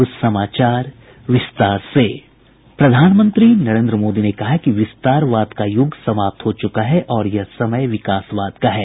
प्रधानमंत्री नरेन्द्र मोदी ने कहा है कि विस्तारवाद का युग समाप्त हो चुका है और यह समय विकासवाद का है